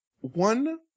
one